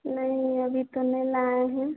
नही अभी तो नहीं लाए हैं